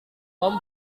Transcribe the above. tom